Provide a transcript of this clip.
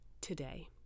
today